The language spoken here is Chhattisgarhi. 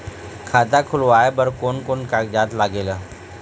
खाता खुलवाय बर कोन कोन कागजात लागेल?